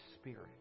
Spirit